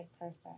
person